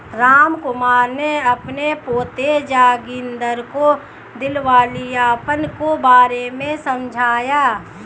रामकुमार ने अपने पोते जोगिंदर को दिवालियापन के बारे में समझाया